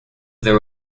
there